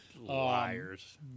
Liars